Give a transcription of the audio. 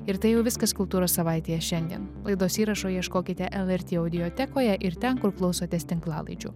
ir tai jau viskas kultūros savaitėje šiandien laidos įrašo ieškokite lrt audiotekoje ir ten kur klausotės tinklalaidžių